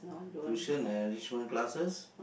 tuition and enrichment classes